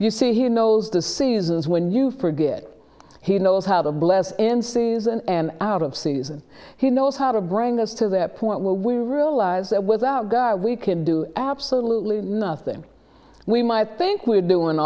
you see he knows the seasons when you forget he knows how to bless and season and out of season he knows how to bring us to that point where we realize that without guy we can do absolutely nothing we might think we're doing